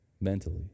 mentally